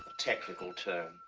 technical term.